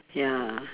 ya